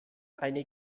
eine